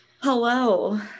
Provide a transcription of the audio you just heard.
hello